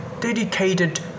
dedicated